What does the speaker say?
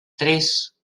tres